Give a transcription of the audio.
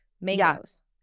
mangoes